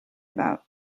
about